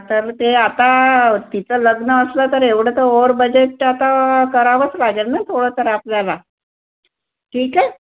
तर ते आता तिचं लग्न असलं तर एवढं तर ओव्हर बजेट आता करावंच लागेल ना थोडं तर आपल्याला ठीक आहे